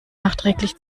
nachträglich